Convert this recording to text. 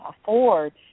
afford